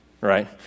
right